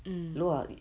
mm